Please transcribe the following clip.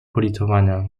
politowania